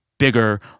bigger